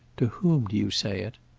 to whom do you say it?